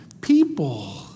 people